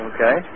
Okay